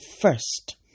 first